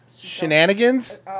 Shenanigans